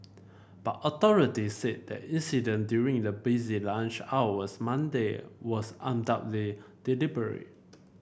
but authorities said the incident during the busy lunch hours Monday was undoubtedly deliberate